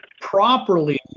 properly